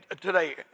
today